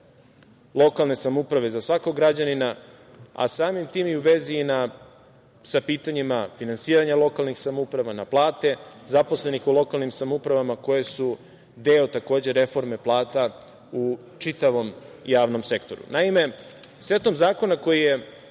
lokalne samouprave za svakog građanina, a samim tim i u vezi sa pitanjima finansiranja lokalnih samouprava, na plate zaposlenih u lokalnim samoupravama koje su deo, takođe, reforme plata u čitavom javnom sektoru. Naime, setom zakona koji je